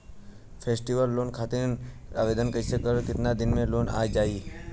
Festival loan खातिर आवेदन कईला पर केतना दिन मे लोन आ जाई?